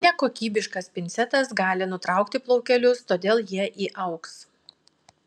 nekokybiškas pincetas gali nutraukti plaukelius todėl jie įaugs